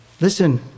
Listen